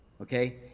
Okay